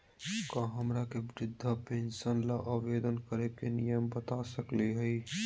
का हमरा के वृद्धा पेंसन ल आवेदन करे के नियम बता सकली हई?